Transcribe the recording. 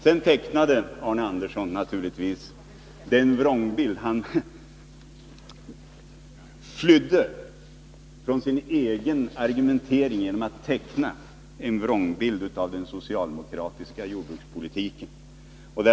Sedan flydde Arne Andersson från sin egen argumentering genom att teckna en vrångbild av den socialdemokratiska jordbrukspolitiken.